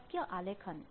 તો શક્ય આલેખન